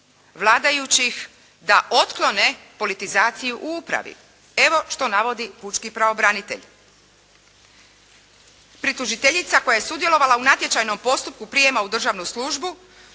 vladajućih da otklone politizaciju u upravi. Evo što navodi pučki pravobranitelj. Pritužiteljica koja je sudjelovala u natječajnom postupku prijema u državnu službu